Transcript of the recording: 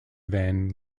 van